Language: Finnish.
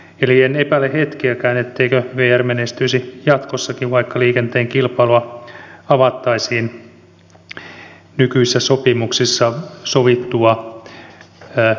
eli en epäile hetkeäkään et teikö vr menestyisi jatkossakin vaikka liikenteen kilpailua avattaisiin nykyisissä sopimuksissa sovittua aikaisemmin